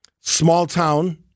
small-town